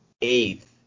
eighth